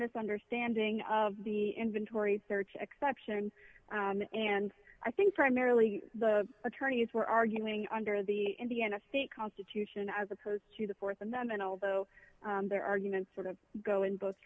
mis understanding of the inventory search exception and i think primarily the attorneys were arguing under the indiana state constitution as opposed to the th amendment although their argument sort of go in both